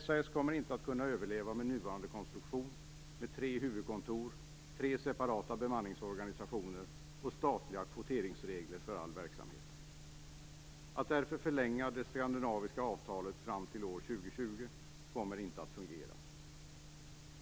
SAS kommer inte att kunna överleva med nuvarande konstruktion, tre huvudkontor, tre separata bemanningsorganisationer och statliga kvoteringsregler för all verksamhet. Att därför förlänga det skandinaviska avtalet fram till år 2020 kommer inte att fungera.